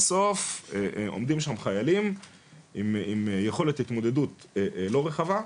בסוף עומדים שם חיילים עם יכולת התמודדות לא רחבה.